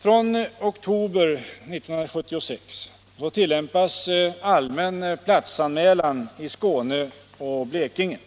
Från oktober 1976 tillämpas allmän platsanmälan i Skåne och Blekinge.